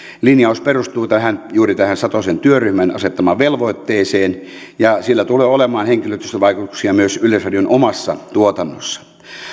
linjaus perustuu juuri tähän satosen työryhmän asettamaan velvoitteeseen ja sillä tulee olemaan henkilöstövaikutuksia myös yleisradion omassa tuotannossa